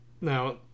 Now